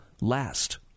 last